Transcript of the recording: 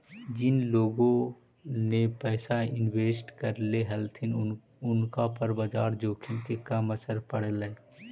जिन लोगोन ने पैसा इन्वेस्ट करले हलथिन उनका पर बाजार जोखिम के कम असर पड़लई